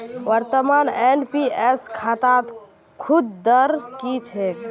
वर्तमानत एन.पी.एस खातात सूद दर की छेक